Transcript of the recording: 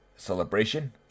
Celebration